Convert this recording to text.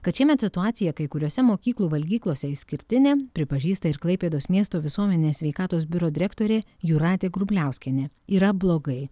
kad šiemet situacija kai kuriose mokyklų valgyklose išskirtinė pripažįsta ir klaipėdos miesto visuomenės sveikatos biuro direktorė jūratė grubliauskienė yra blogai